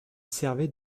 servait